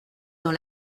dans